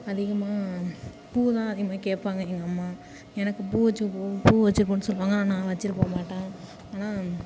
அதிகமாக பூதான் அதிகமாக கேட்பாங்க எங்கள் அம்மா எனக்கு பூ வச்சுட்டு போ பூ வச்சுட்டு போன்னு சொல்லுவாங்க ஆனால் நான் வச்சுட்டு போகமாட்டேன் ஆனால்